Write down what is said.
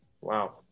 wow